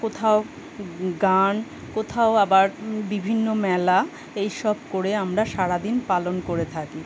কোথাও গান কোথাও আবার বিভিন্ন মেলা এই সব করে আমরা সারা দিন পালন করে থাকি